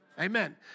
Amen